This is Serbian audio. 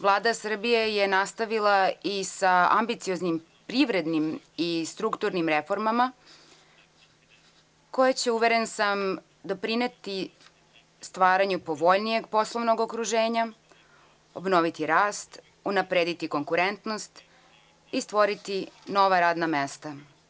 Vlada Srbije je nastavila i sa ambicioznim privrednim i strukturnim reformama, koje će, uveren sam, doprineti stvaranju povoljnijeg poslovnog okruženja, obnoviti rast, unaprediti konkurentnost i stvoriti nova radna mesta.